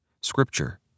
Scripture